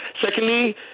Secondly